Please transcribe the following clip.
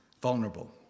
vulnerable